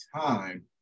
time